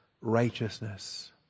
righteousness